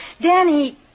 Danny